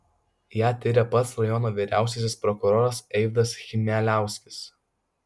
ją tiria pats rajono vyriausiasis prokuroras eivydas chmieliauskis